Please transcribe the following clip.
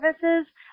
services